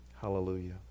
Hallelujah